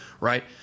right